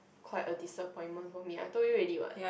quite a disappointment for me I told you already what